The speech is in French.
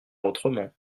autrement